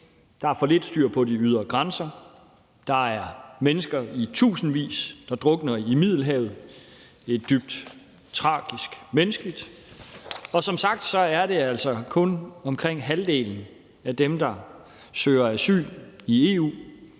Der er for lidt styr på de ydre grænser, og der er mennesker i tusindvis, der drukner i Middelhavet; det er menneskeligt dybt tragisk. Og som sagt er det altså kun omkring halvdelen af dem, der søger asyl i EU,